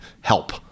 help